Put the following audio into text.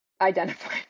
identify